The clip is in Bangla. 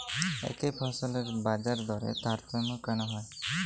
একই ফসলের বাজারদরে তারতম্য কেন হয়?